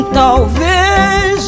talvez